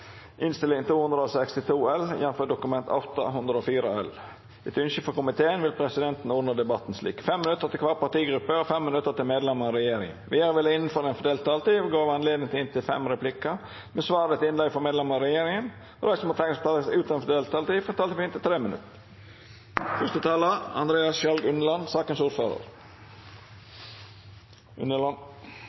innstilling. Flere har ikke bedt om ordet til sak nr. 8. Etter ønske fra utdannings- og forskningskomiteen vil presidenten ordne debatten slik: 3 minutter til hver partigruppe og 3 minutter til medlemmer av regjeringen. Videre vil det – innenfor den fordelte taletid – bli gitt anledning til inntil seks replikker med svar etter innlegg fra medlemmer av regjeringen, og de som måtte tegne seg på talerlisten utover den fordelte taletid, får også en taletid på inntil 3 minutter.